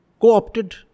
co-opted